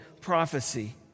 prophecy